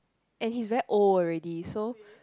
and he's very old already so